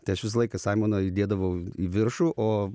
tai aš visą laiką saimoną įdėdavau į viršų o